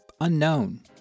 unknown